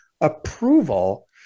approval